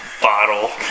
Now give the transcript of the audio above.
bottle